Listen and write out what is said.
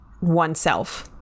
oneself